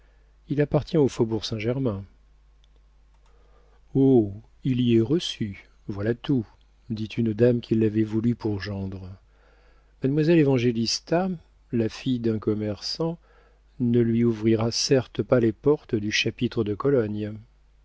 il appartient au faubourg saint-germain oh il y est reçu voilà tout dit une dame qui l'avait voulu pour gendre mademoiselle évangélista la fille d'un commerçant ne lui ouvrira certes pas les portes du chapitre de cologne